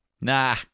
Nah